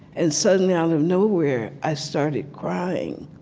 and suddenly, out of nowhere, i started crying.